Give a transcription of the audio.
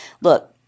Look